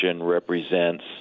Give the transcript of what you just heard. represents